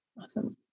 Awesome